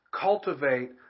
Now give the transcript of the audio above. cultivate